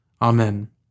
Amen